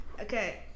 okay